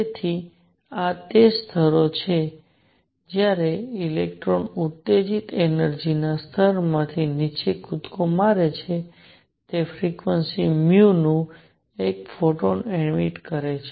તેથી આ તે સ્તરો છે જ્યારે ઇલેક્ટ્રોન ઉત્તેજિત એનર્જિ ના સ્તરથી નીચે કૂદકો મારે છે તે ફ્રિક્વન્સી ν નું 1 ફોટોન ઈમિટ કરે છે